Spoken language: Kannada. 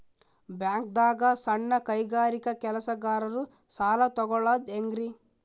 ಬ್ಯಾಂಕ್ದಾಗ ಸಣ್ಣ ಕೈಗಾರಿಕಾ ಕೆಲಸಗಾರರು ಸಾಲ ತಗೊಳದ್ ಹೇಂಗ್ರಿ?